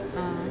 ah